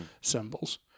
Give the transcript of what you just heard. symbols